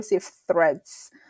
threats